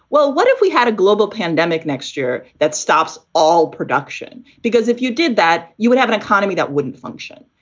well, what if we had a global pandemic next year that stops all production? because if you did that, you would have an economy that wouldn't function.